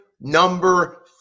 number